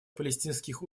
палестинских